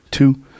Two